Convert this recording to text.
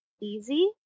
easy